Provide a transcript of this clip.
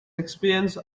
experience